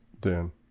Dan